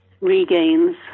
regains